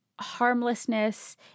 harmlessness